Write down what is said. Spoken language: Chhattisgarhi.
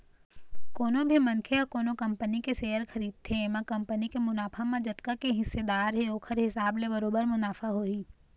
कोनो भी मनखे ह कोनो कंपनी के सेयर खरीदथे एमा कंपनी के मुनाफा म जतका के हिस्सादार हे ओखर हिसाब ले बरोबर मुनाफा होही